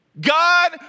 God